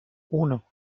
uno